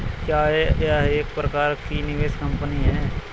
क्या यह एक प्रकार की निवेश कंपनी है?